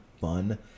fun